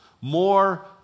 more